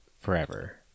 forever